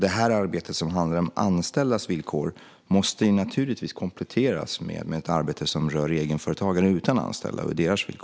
Det arbete som handlar om anställdas villkor måste naturligtvis kompletteras med ett arbete som rör egenföretagare utan anställda och deras villkor.